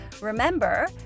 Remember